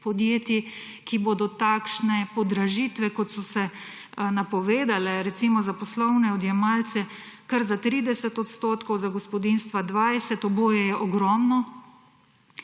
podjetij, ki bodo takšne podražitve, kot so napovedane, recimo za poslovne odjemalce kar za 30 %, za gospodinjstva 20, oboje je ogromno.